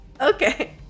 Okay